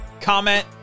comment